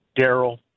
Daryl